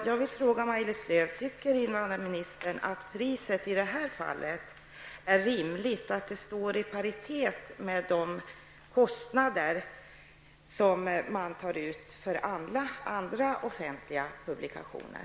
Jag vill fråga Maj-Lis Lööw: Anser invandrarministern att priset är rimligt, att det står i paritet med de kostnader som man tar ut för andra offentliga publikationer?